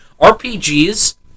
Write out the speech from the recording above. RPGs